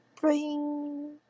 Bring